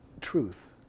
truth